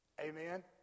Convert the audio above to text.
Amen